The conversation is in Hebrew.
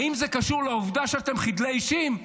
האם זה קשור לעובדה שאתם חדלי אישים?